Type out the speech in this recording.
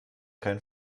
kein